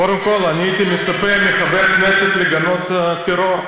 קודם כול, אני הייתי מצפה מחבר הכנסת לגנות טרור.